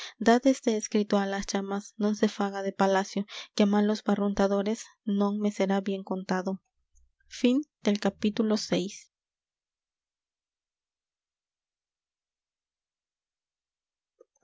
este escrito á las llamas non se faga de palacio que á malos barruntadores non me será bien contado